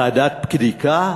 ועדת בדיקה,